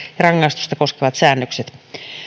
rangaistusta koskevat säännökset